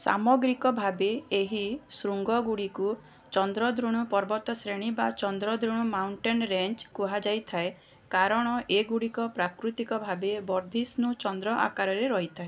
ସାମଗ୍ରିକ ଭାବେ ଏହି ଶୃଙ୍ଗଗୁଡ଼ିକୁ ଚନ୍ଦ୍ରଦ୍ରୋଣ ପର୍ବତ ଶ୍ରେଣୀ ବା ଚନ୍ଦ୍ରଦ୍ରୋଣ ମାଉଣ୍ଟେନ୍ ରେଞ୍ଜ୍ କୁହାଯାଇଥାଏ କାରଣ ଏଗୁଡ଼ିକ ପ୍ରାକୃତିକ ଭାବେ ବର୍ଦ୍ଧିଷ୍ଣୁ ଚନ୍ଦ୍ର ଆକାରରେ ରହିଥାଏ